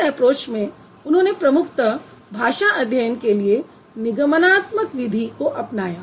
इस ऐप्रोच में उन्होंने प्रमुखत भाषा अध्ययन के लिए निगमनात्मक विधि को अपनाया